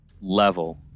level